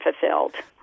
fulfilled